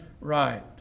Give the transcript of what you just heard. right